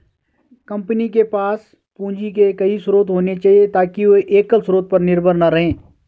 company के पास पूंजी के कई स्रोत होने चाहिए ताकि वे एकल स्रोत पर निर्भर न रहें